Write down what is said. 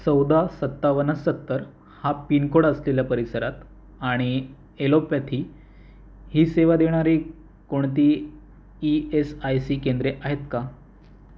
चौदा सत्तावन्न सत्तर हा पिनकोड असलेल्या परिसरात आणि एलोपॅथी ही सेवा देणारी कोणती ई एस आय सी केंद्रे आहेत का